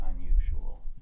unusual